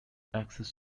access